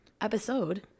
episode